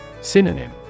Synonym